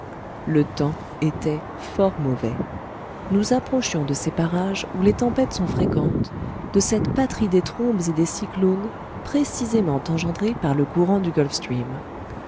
le temps était fort mauvais nous approchions de ces parages où les tempêtes sont fréquentes de cette patrie des trombes et des cyclones précisément engendrés par le courant du